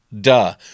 Duh